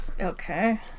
Okay